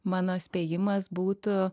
mano spėjimas būtų